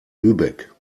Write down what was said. lübeck